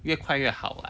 越快越好 [what]